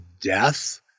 death